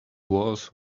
walls